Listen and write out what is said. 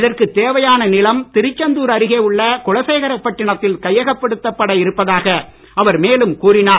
இதற்கு தேவையான நிலம் திருச்செந்தூர் அருகே உள்ள குலசேகரப் பட்டணத்தில் கையகப்படுத்தப்பட இருப்பதாக அவர் மேலும் கூறினார்